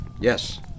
Yes